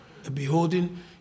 beholding